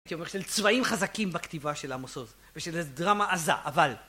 אני אומר של צבעים חזקים בכתיבה של עמוס עוז ושל דרמה עזה, אבל